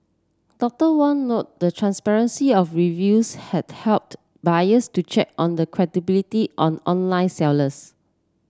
Doctor Wong noted the transparency of reviews had helped buyers to check on the credibility on online sellers